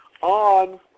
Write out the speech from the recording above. on